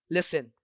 Listen